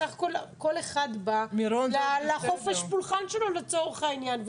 בסך הכול כל אחד בא לחופש הפולחן שלו לצורך העניין.